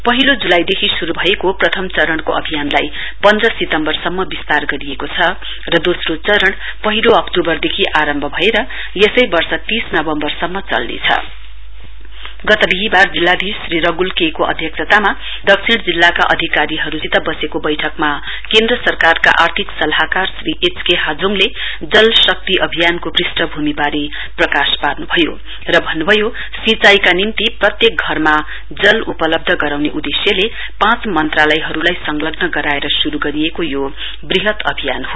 पहिलो जुलाईदेखि श्रु भएको प्रथम चरणको अभियानलाई पन्ध्र सितम्वरसम्म विस्तार गरिएको छ र दोस्रो चरण पहिलो अक्टूवर देखि आरम्भ भएर यसै वर्ष तीस नवम्बरसम्म चल्नेछ गत विहीवार जिल्लाधीश श्री रगुल के को अध्यक्षतामा दक्षिण जिल्लाका अधिकारीहरुसित वसेको बैठकमा केन्द्र सरकारका आर्थिक सल्लाहकार श्री एच के हाजोङले जल शक्ति अभियानको प्रस्ठभ्रमिवारे प्रकाश पार्नु भयो र भन्नुभयो सिंचाइका निम्ति प्रत्येक घरमा जल उपलब्ध गराउने निम्ति प्रत्येक घरमा जल उपलब्ध गराउने उदेश्यले पाच मंत्रालयहरुलाई संलग्न गराएर शुरु गरिएको यो वृहत अभियान हो